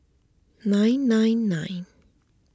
nine nine nine